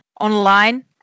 online